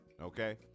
okay